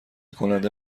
کننده